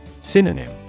Synonym